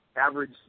average